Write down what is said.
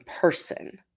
person